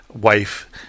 wife